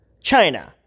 china